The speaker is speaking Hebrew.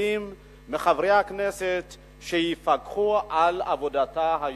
מפחדים מחברי הכנסת שיפקחו על עבודתה היומיומית.